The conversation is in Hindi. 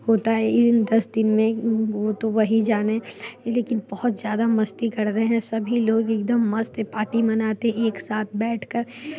होता है इन दस दिन में वो तो वही जानें लेकिन बहुत ज़्यादा मस्ती कर रहे हैं सभी लोग एकदम मस्त पार्टी मनाते हैं एक साथ बैठकर